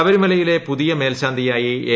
ശബരിമലയിലെ പുതിയ മേൽശാന്തിയായി എ